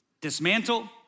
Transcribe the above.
dismantle